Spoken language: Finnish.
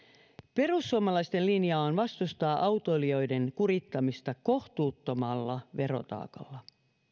perussuomalaisten linja on vastustaa autoilijoiden kurittamista kohtuuttomalla verotaakalla